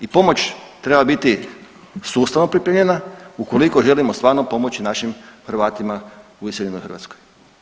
I pomoć treba biti sustavno pripremljena ukoliko želimo stvarno pomoći naših Hrvatima u iseljenoj Hrvatskoj.